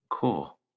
Cool